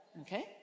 okay